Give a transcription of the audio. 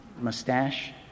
mustache